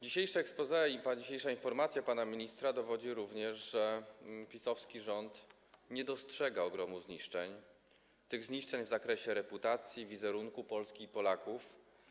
Dzisiejsze exposé i ta dzisiejsza informacja pana ministra dowodzą również, że PiS-owski rząd nie dostrzega ogromu zniszczeń, tych zniszczeń w zakresie reputacji, wizerunku Polski i Polaków.